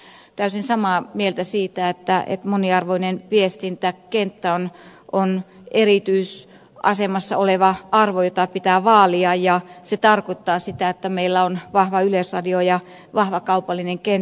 tennilän kanssa täysin samaa mieltä siitä että moniarvoinen viestintäkenttä on erityisasemassa oleva arvo jota pitää vaalia ja se tarkoittaa sitä että meillä on vahva yleisradio ja vahva kaupallinen kenttä